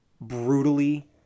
brutally